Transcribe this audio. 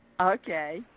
Okay